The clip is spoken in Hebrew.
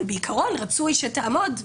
אבל בעיקרון רצוי שתעמוד בהנחיות.